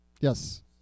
yes